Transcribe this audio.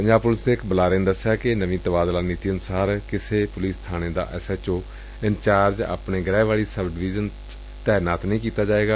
Punjab police ਦੇ ਇੱਕ ਬੁਲਾਰੇ ਨੇ ਦਸਿਆ ਕਿ ਨਵੀਂ ਤਬਾਦਲਾ ਨੀਤੀ ਅਨੁਸਾਰ ਕਿਸੇ ਪੁਲਿਸ ਬਾਣੇ ਦਾ ਐਸਐਚਓ ਇੰਚਾਰਜ਼ ਆਪਣੇ ਗੁਹਿ ਵਾਲੀ ਸਬ ਡਵੀਜ਼ਨ ਵਿੱਚ ਤਾਇਨਾਤ ਨਹੀ ਕੀਤਾ ਜਾਵੇਗਾ